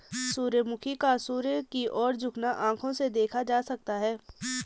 सूर्यमुखी का सूर्य की ओर झुकना आंखों से देखा जा सकता है